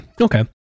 okay